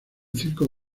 circo